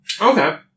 Okay